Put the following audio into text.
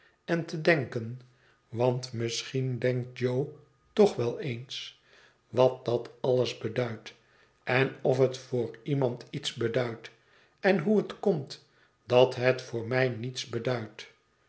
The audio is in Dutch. en te denken want misschien denkt jo toch wel eens wat dat alles beduidt en of het voor iemand iets beduidt en hoe het komt dat het voor mij niets beduidt